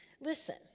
Listen